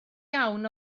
iawn